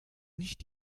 nicht